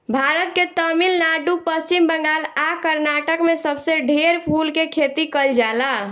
भारत के तमिलनाडु, पश्चिम बंगाल आ कर्नाटक में सबसे ढेर फूल के खेती कईल जाला